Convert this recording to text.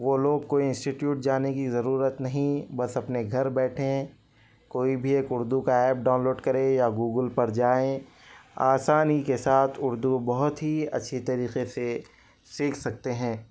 وہ لوگ کو انسٹیٹیوٹ جانے کی ضرورت نہیں بس اپنے گھر بیٹھیں کوئی بھی ایک اردو کا ایپ ڈاؤن لوڈ کرے یا گوگل پر جائیں آسانی کے ساتھ اردو بہت ہی اچّھی طریقے سے سیکھ سکتے ہیں